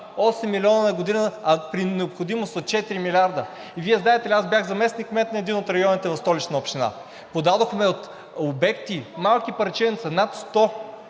милиона на година, а при необходимост са 4 милиарда! Знаете ли, аз бях заместник-кмет на един от районите в Столична община. Подадохме от обекти малки парченца – над 100,